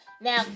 Now